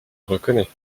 reconnais